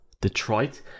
detroit